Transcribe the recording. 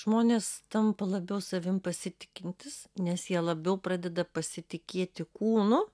žmonės tampa labiau savim pasitikintys nes jie labiau pradeda pasitikėti kūnu